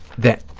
that,